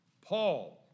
Paul